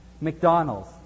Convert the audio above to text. McDonald's